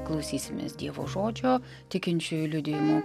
klausysimės dievo žodžio tikinčiųjų liudijimų